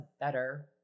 better